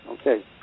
Okay